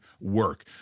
work